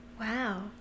wow